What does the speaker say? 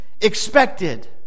expected